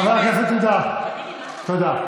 חברי הכנסת, תודה.